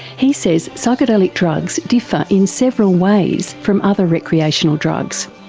he says psychedelic drugs differ in several ways from other recreational drugs.